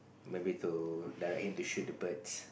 maybe to direct him to shoot the birds